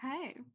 Okay